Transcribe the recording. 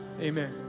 Amen